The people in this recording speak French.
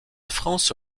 france